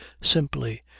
simply